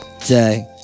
Day